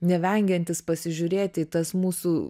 nevengiantis pasižiūrėti į tas mūsų